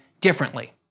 differently